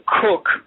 cook